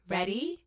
Ready